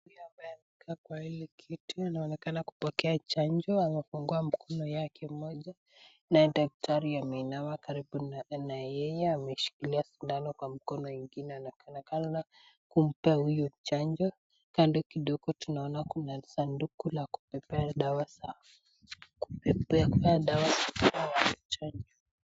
Yule ambaye amekaa kwa hii kiti, anaonekana kupokea chanjo amefungua mkono yake moja, naye daktari ameinama karibu na yeye, ameshikila sindano kwa mkono ingine anaonekana kumpea huyu chanjo, kando kidogo tunaona kuna sanduku la kubebea dawa za chanjo.